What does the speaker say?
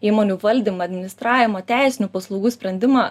įmonių valdymą administravimo teisinių paslaugų sprendimą